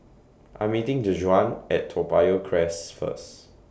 I Am meeting Dejuan At Toa Payoh Crest First